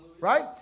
Right